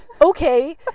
Okay